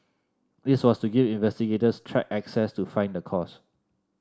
this was to give investigators track access to find the cause